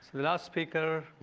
the last speaker,